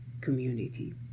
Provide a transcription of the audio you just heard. community